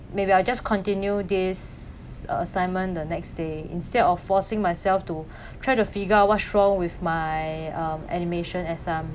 maybe I'll just continue this assignment the next day instead of forcing myself to try to figure what's wrong with my um animation as um